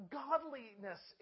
godliness